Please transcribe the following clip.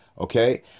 Okay